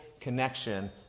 connection